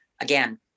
Again